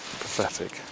pathetic